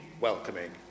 welcoming